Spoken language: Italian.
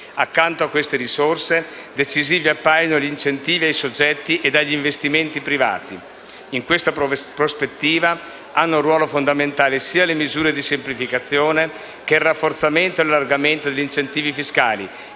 Accanto a queste risorse, decisivi appaiono gli incentivi ai soggetti e agli investimenti privati. In questa prospettiva, hanno un ruolo fondamentale sia le misure di semplificazione che il rafforzamento e l'allargamento degli incentivi fiscali,